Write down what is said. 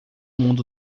mundo